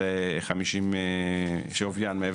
הצטרף אלינו חבר הכנסת יצחק פינדרוס.